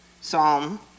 psalm